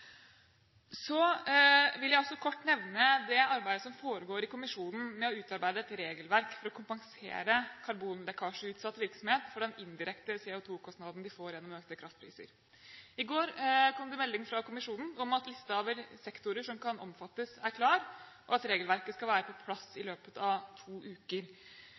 Så vil jeg også kort nevne det arbeidet som foregår i kommisjonen med å utarbeide et regelverk for å kompensere karbonlekkasjeutsatt virksomhet for den indirekte CO2-kostnaden de får gjennom økte kraftpriser. I går kom det melding fra kommisjonen om at listen over sektorer som kan omfattes, er klar, og at regelverket skal være på plass i løpet av to uker.